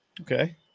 Okay